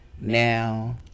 now